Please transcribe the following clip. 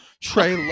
Trey